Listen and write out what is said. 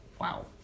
Wow